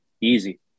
easy